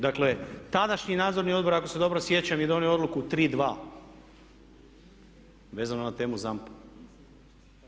Dakle, tadašnji nadzorni odbor ako se dobro sjećam je donio odluku 3:2 vezano na temu ZAMP-a.